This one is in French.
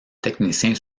technicien